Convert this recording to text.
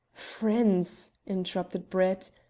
friends! interrupted brett.